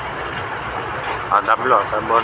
पैसे गुंतवाच्या वेळेसं मले ऑफलाईन अर्ज भरा लागन का?